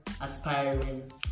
aspiring